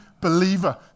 believer